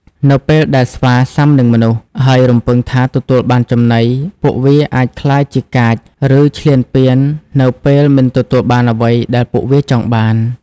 នៅពេលដែលស្វាស៊ាំនឹងមនុស្ស ហើយរំពឹងថាទទួលបានចំណី ពួកវាអាចក្លាយជាកាច ឬឈ្លានពាននៅពេលមិនទទួលបានអ្វីដែលពួកវាចង់បាន។